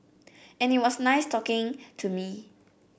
and it was nice talking to me